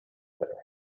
together